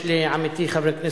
אדוני המבקר,